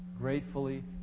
Gratefully